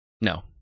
No